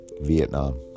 Vietnam